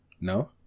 No